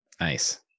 Nice